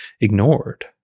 ignored